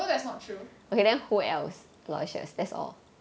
that's not true